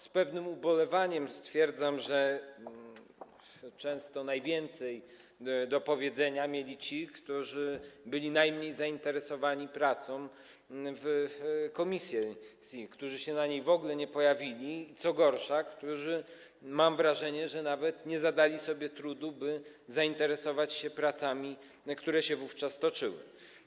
Z pewnym ubolewaniem stwierdzam, że często najwięcej do powiedzenia mieli ci, którzy byli najmniej zainteresowani pracą w komisji, którzy się w niej w ogóle nie pojawili, co gorsza, którzy, mam wrażenie, nawet nie zadali sobie trudu, by zainteresować się pracami, które się wówczas toczyły.